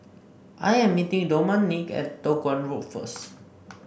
I am meeting Domonique at Toh Guan Road first